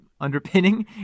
Underpinning